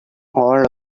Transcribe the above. all